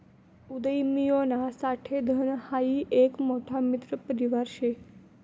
उदयमियोना साठे धन हाई एक मोठा मित्र आणि परिवार शे